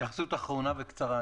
התייחסות אחרונה וקצרה.